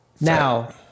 Now